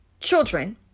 children